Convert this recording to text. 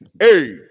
Hey